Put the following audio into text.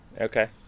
Okay